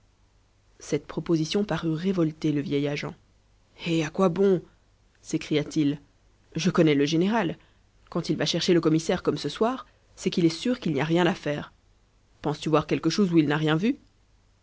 cette proposition parut révolter le vieil agent eh à quoi bon s'écria-t-il je connais le général quand il va chercher le commissaire comme ce soir c'est qu'il est sûr qu'il n'y a rien à faire penses-tu voir quelque chose où il n'a rien vu